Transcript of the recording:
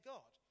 God